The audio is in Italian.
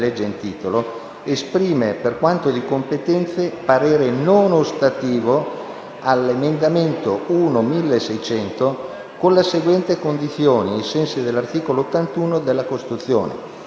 legge in titolo, esprime, per quanto di competenza, parere non ostativo sull'emendamento 1.1600, con la seguente condizione, ai sensi dell'articolo 81 della Costituzione,